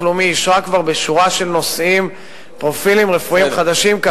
הלאומי אישרה כבר בשורה של נושאים פרופילים רפואיים חדשים,